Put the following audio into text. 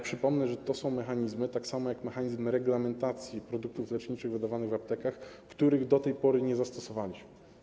Przypomnę, że to są mechanizmy, tak samo jak mechanizm reglamentacji produktów leczniczych wydawanych w aptekach, których do tej pory nie zastosowaliśmy.